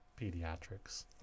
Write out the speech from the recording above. pediatrics